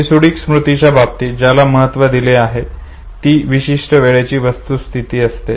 episodic स्मृतीच्या बाबतीत ज्याला महत्व दिले आहे ती विशिष्ट वेळेची वस्तुस्थिती असते